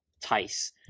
Tice